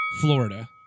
Florida